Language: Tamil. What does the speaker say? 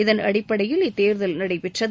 இதன் அடிப்படையில் இத்தேர்தல் நடைபெற்றது